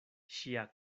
ŝia